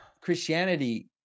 Christianity